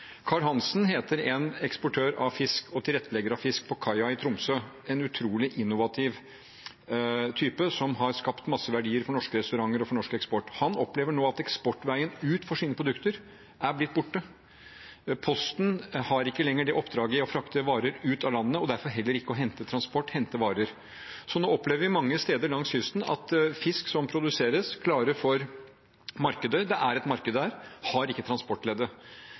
Hansen heter en eksportør og tilrettelegger av fisk på kaien i Tromsø, en utrolig innovativ type som har skapt masse verdier for norske restauranter og norsk eksport. Han opplever nå at eksportveien ut for sine prosjekter er blitt borte. Posten har ikke lenger oppdraget å frakte varer ut av landet, og derfor ikke heller å hente varer. Nå opplever man mange steder langs kysten at fisk som produseres klart for markedet – det er et marked der – ikke